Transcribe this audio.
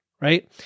right